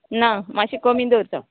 ना मातशें कमी दवरता